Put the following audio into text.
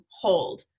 hold